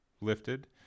lifted